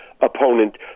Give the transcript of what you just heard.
opponent